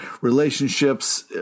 relationships